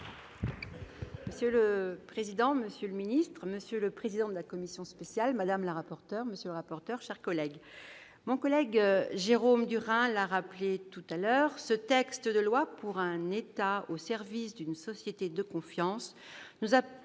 Monsieur le président, monsieur le secrétaire d'État, monsieur le président de la commission spéciale, madame la rapporteur, monsieur le rapporteur, mes chers collègues, Jérôme Durain l'a rappelé tout à l'heure, ce texte de loi pour un État au service d'une société de confiance nous a